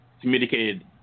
communicated